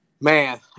Man